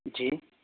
جی